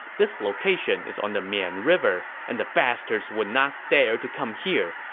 this location is on the mian river, and the bastards would not dare to come here.